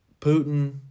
Putin